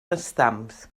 estams